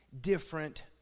different